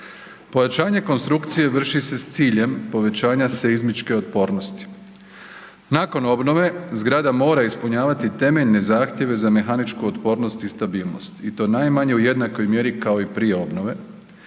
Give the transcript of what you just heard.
Pojačanje konstrukcije vrši se s ciljem povećanja seizmičke otpornosti. Nakon obnove zgrada mora ispunjavati temeljne zahtjeve za mehaničku otpornost i stabilnost i to najmanje u jednakoj mjeri kao i prije obnove,